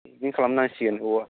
बिदि खालामनांसिगोन औवा